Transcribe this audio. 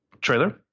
Trailer